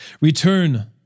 Return